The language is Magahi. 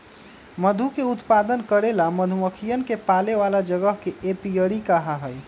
मधु के उत्पादन करे ला मधुमक्खियन के पाले वाला जगह के एपियरी कहा हई